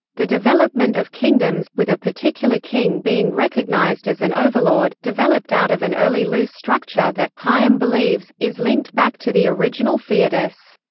the development of kingdoms, with a particular king being recognised as an overlord, developed out of an early loose structure that, higham believes, is linked back to the original feodus.